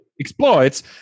exploits